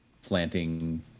slanting